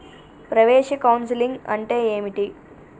ప్రవేశ కౌన్సెలింగ్ అంటే ఏమిటి?